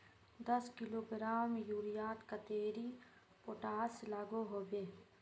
दस किलोग्राम यूरियात कतेरी पोटास लागोहो होबे?